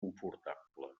confortable